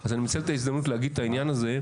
אז אני מנצל את ההזדמנות להגיד את העניין הזה,